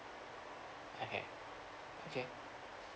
okay okay